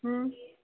હં